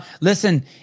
Listen